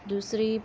दुसरी